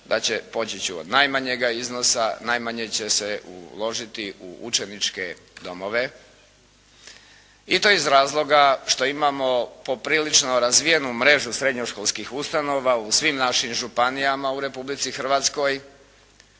da će, poći ću od najmanjega iznosa, najmanje će se uložiti u učeničke domove i to iz razloga što imamo poprilično razvijenu mrežu srednjoškolskih ustanova u svim našim županijama u Republici Hrvatskoj